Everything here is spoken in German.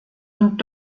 und